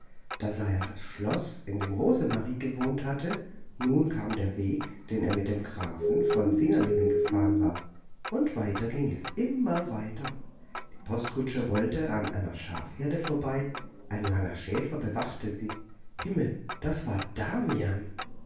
da sah er das schloß in dem rosemarie gewohnt hatte nun kam der weg den er mit dem grafen von singerlingen gefahren war und weiter ging es immer weiter die postkutsche rollte an einer schafherde vorbei ein langer schäfer bewachte sie himmel das war damian